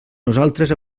nosaltres